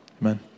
Amen